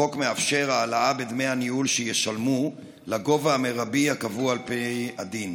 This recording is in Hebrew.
החוק מאפשר העלאה בדמי הניהול שישולמו לגובה המרבי הקבוע על פי הדין.